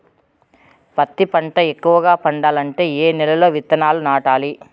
పత్తి పంట ఎక్కువగా పండాలంటే ఏ నెల లో విత్తనాలు నాటాలి?